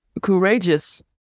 courageous